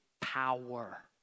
power